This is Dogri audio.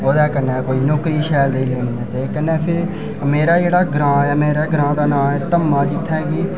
ते ओह्दे कन्नै कोई नौकरी शैल लेई लैनी ऐ ते ओह्दे कन्नै फ्ही मेरा जेह्ड़ा ग्रांऽ ऐ मेरे ग्रांऽ दा नांऽ ऐ धम्मा जित्थें कि